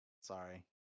Sorry